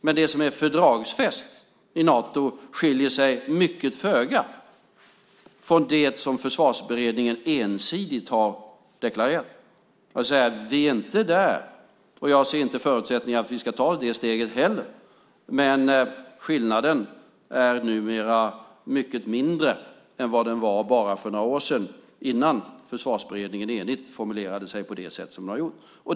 Men det som är fördragsfäst i Nato skiljer sig föga från det som Försvarsberedningen ensidigt har deklarerat. Vi är inte där, och jag ser inte förutsättningar för att vi ska ta det steget heller. Men skillnaden är numera mycket mindre än vad den var för bara några år sedan, innan Försvarsberedningen enigt formulerade sig på det sätt som den har gjort.